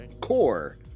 core